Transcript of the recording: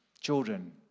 Children